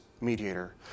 mediator